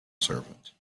servant